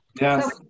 yes